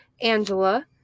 Angela